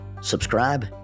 subscribe